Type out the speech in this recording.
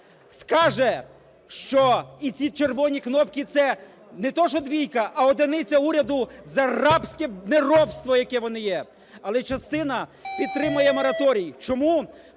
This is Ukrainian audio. скаже, що і ці червоні кнопки – це не, що двійка, а одиниця уряду за рабське неробство, яке є вони є, але частина підтримує мораторій. Чому?